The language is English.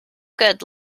good